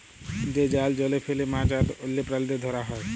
যে জাল জলে ফেলে মাছ আর অল্য প্রালিদের ধরা হ্যয়